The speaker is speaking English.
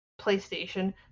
PlayStation